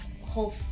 whole